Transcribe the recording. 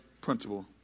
principle